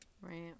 Right